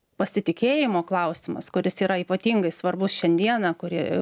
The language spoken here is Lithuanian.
pasitikėjimo klausimas kuris yra ypatingai svarbus šiandieną kuri